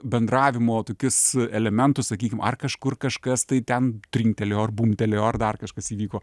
bendravimo tokius elementus sakykim ar kažkur kažkas tai ten trinktelėjo ar bumbtelėjo ar dar kažkas įvyko